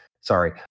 Sorry